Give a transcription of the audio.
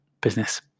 business